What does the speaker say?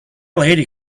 lady